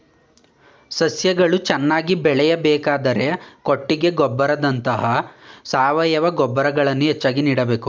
ಸಸ್ಯಗಳು ಚೆನ್ನಾಗಿ ಬೆಳೆಯಬೇಕಾದರೆ ಕೊಟ್ಟಿಗೆ ಗೊಬ್ಬರದಂತ ಸಾವಯವ ಗೊಬ್ಬರಗಳನ್ನು ಹೆಚ್ಚಾಗಿ ನೀಡಬೇಕು